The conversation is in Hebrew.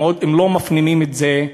אם לא מפנימים את זה,